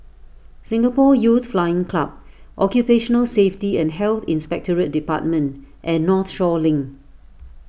Singapore Youth Flying Club Occupational Safety and Health Inspectorate Department and Northshore Link